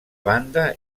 banda